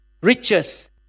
riches